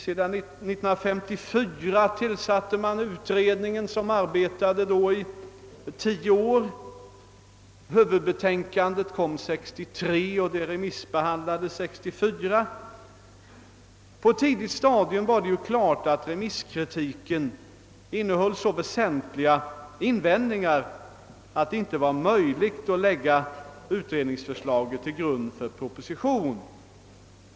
Redan 1954 tillsattes författningsutredningen, och den arbetade i tio år; huvudbetänkandet framlades år 1963 och det remissbehandlades 1964. På ett tidigt stadium stod det klart att remissvaren innehöll så mycken och så väsentlig kritik, att det inte var möjligt att lägga utredningsförslaget till grund för en proposition.